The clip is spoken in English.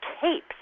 capes